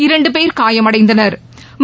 இரண்டு போ் காயமடைந்தனா்